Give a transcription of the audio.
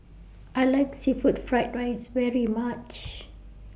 I like Seafood Fried Rice very much